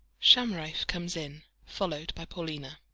shamraeff comes in, followed by paulina.